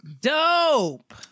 Dope